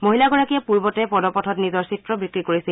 মহিলাগৰাকীয়ে পূৰ্বতে পদ পথত নিজৰ চিত্ৰ বিক্ৰী কৰিছিল